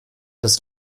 das